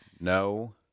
No